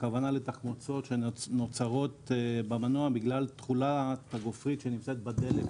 הכוונה לתחמוצות שנוצרות במנוע בגלל תכולת הגופרית שנמצאת בדלק,